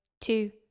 two